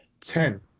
Ten